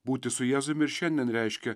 būti su jėzum ir šiandien reiškia